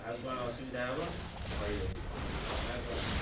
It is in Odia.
ଆଉ କ'ଣ ଅସୁବିଧା ହବ କହିବେ ନା ଆଉ କ'ଣ